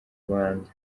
rwanda